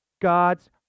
God's